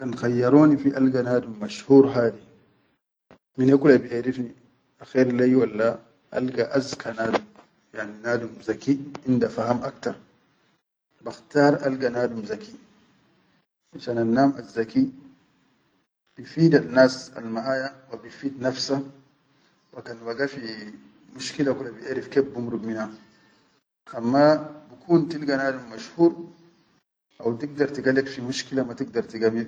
Kan khayyaroni fi alga nadum mashur hadi mine kula biʼerfni akher lai walla alga azka nadum, yani nadum zaki inda faham aktar bakhtaar alga nadum zaki, finshan annam azzaki bifidannas almaʼaya, wa bifid bafsa wa kan waga fi mushkila kula biʼerif kef bimuruk mina, amma bikun tilga nadum mash-hur haw tigdar tiga lek fi mushkila ma tigdar.